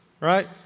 right